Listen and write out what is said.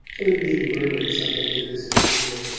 undine murmured something indistinguishable.